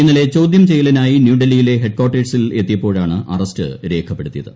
ഇന്നലെ ചോദ്യം ചെയ്യലിനായി ന്യൂഡൽഹിയിലെ ഹെഡ് കാർട്ടേഴ്സിൽ എത്തിയപ്പോഴാണ് അറസ്റ്റ് രേഖപ്പെടുത്തിയത്